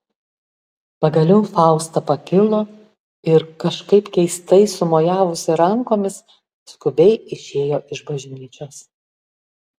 pagaliau fausta pakilo ir kažkaip keistai sumojavusi rankomis skubiai išėjo iš bažnyčios